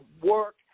work